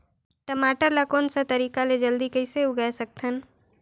टमाटर ला कोन सा तरीका ले जल्दी कइसे उगाय सकथन?